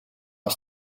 aan